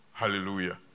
Hallelujah